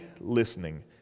listening